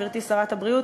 גברתי שרת הבריאות,